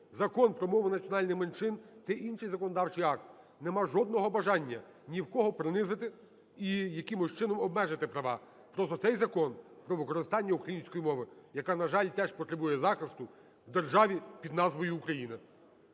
Закон про мову національних меншин - це інший законодавчий акт, немає жодного бажання ні в кого принизити і якимось чином обмежити права. Просто цей закон про використання української мови, яка, на жаль, теж потребує захисту в державі під назвою Україна.